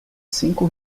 cinco